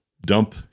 dump